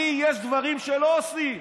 יש דברים שלא עושים.